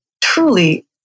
truly